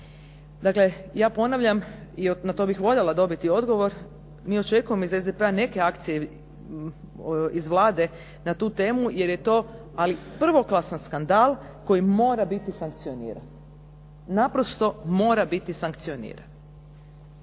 Dakle, ja ponavljam i na to bih voljela dobiti odgovor. Mi očekujemo iz SDP-a neke akcije iz Vlade na tu temu, jer je to prvoklasan skandal koji mora biti sankcioniran. Naprosto mora biti sankcioniran.